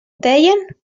deien